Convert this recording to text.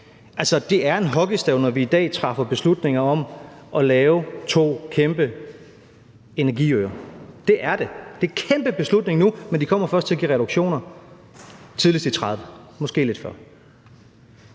Altså, det er en hockeystav, når vi i dag træffer beslutninger om at lave to kæmpe energiøer. Det er det. Det er en kæmpe beslutning nu, men det kommer først til at give reduktioner tidligst i 2030 – måske lidt før.